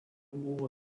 buvo